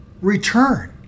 Return